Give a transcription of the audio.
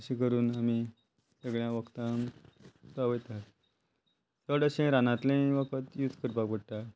अशें करून आमी सगळ्यांक वखदान पावयतात चड अशें रानांतलें वखद यूज करपाक पडटा